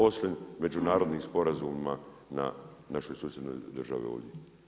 Osim međunarodnim sporazumima na našoj susjednoj državi ovdje.